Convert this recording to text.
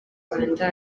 rwanda